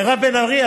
מירב בן ארי,